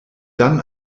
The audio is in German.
dann